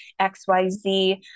xyz